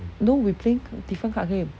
no we're playing different card game